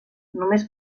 només